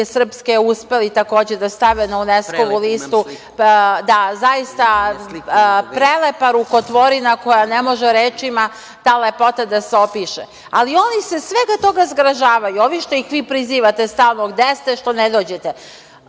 Srpske uspeli, takođe, da stave na Uneskovu listu, zaista prelepa rukotvorina koja ne može rečima ta lepota da se opiše, ali oni se svega toga zgražavaju, ovi što ih vi prizivate stalno, gde ste, što ne dođete. Verujte